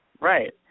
right